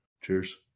Cheers